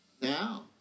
Now